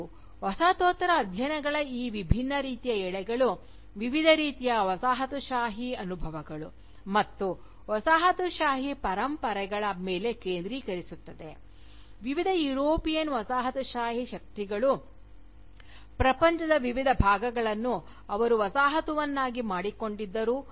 ಮತ್ತು ವಸಾಹತೋತ್ತರ ಅಧ್ಯಯನಗಳ ಈ ವಿಭಿನ್ನ ರೀತಿಯ ಎಳೆಗಳು ವಿವಿಧ ರೀತಿಯ ವಸಾಹತುಶಾಹಿ ಅನುಭವಗಳು ಮತ್ತು ವಸಾಹತುಶಾಹಿ ಪರಂಪರೆಗಳ ಮೇಲೆ ಕೇಂದ್ರೀಕರಿಸುತ್ತವೆ ವಿವಿಧ ಯುರೋಪಿಯನ್ ವಸಾಹತುಶಾಹಿ ಶಕ್ತಿಗಳು ಪ್ರಪಂಚದ ವಿವಿಧ ಭಾಗಗಳನ್ನು ಅವರು ವಸಾಹತುವನ್ನಾಗಿ ಮಾಡಿಕೊಂಡಿದ್ದರು